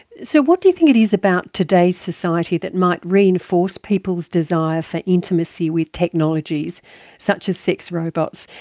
so what do you think it is about today's society that might reinforce people's desire for intimacy with technologies such as sex robots?